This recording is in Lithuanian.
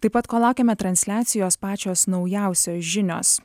taip pat kol laukiame transliacijos pačios naujausios žinios